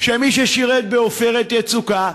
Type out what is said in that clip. שמי ששירת ב"עופרת יצוקה",